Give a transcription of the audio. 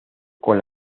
con